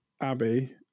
Abby